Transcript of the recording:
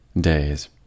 days